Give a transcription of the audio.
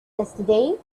yesterday